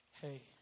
Hey